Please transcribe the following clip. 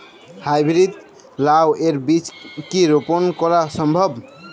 High breed লাও এর বীজ কি রোপন করা সম্ভব?